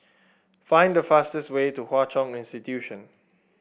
find the fastest way to Hwa Chong Institution